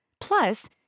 Plus